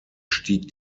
stieg